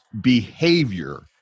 behavior